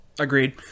Agreed